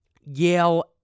Yale